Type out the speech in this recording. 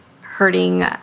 hurting